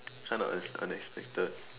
kind of un~ unexpected